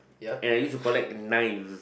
and I used to collect knives